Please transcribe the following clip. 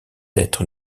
êtres